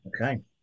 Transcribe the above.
Okay